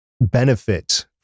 benefit